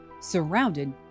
surrounded